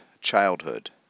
childhood